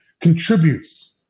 contributes